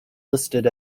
listed